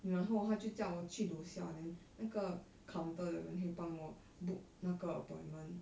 然后他就叫我去楼下 then 那个 counter 的人会帮我 book 那个 appointment